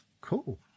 Cool